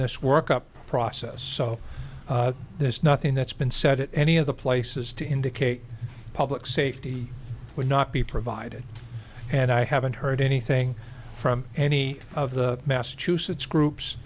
this work up process so there's nothing that's been said at any of the places to indicate public safety would not be provided and i haven't heard anything from any of the massachusetts groups